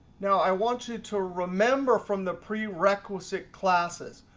now i want you to remember from the prerequisite classes,